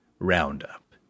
Roundup